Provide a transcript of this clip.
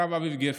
הרב אביב גפן.